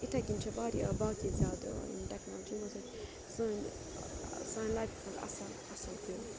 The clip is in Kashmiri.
اِتھَے کٔنۍ چھِ واریاہ باقٕے زیادٕ یِم ٹٮ۪کنالجی یِمو سۭتۍ سٲنۍ سانہِ لایفہِ منٛز اَصٕل اَصٕل پیٚو